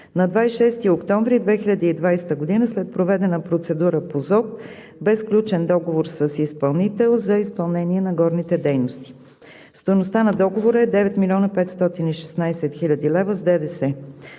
На 26 октомври 2020 г., след проведена процедура по ЗОП, бе сключен договор с изпълнител за изпълнение на горните дейности. Стойността на договора е 9 млн. 516 хил. лв. с ДДС.